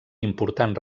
important